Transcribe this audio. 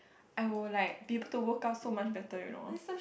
I will like be able to work out so much better you know